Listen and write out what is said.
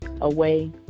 away